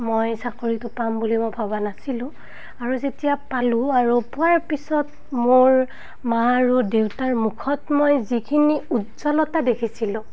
মই চাকৰিটো পাম বুলি মই ভবা নাছিলোঁ আৰু যেতিয়া পালোঁ আৰু পোৱাৰ পিছত মোৰ মা আৰু দেউতাৰ মুখত মই যিখিনি উজ্জ্বলতা দেখিছিলোঁ